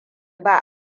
ba